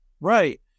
right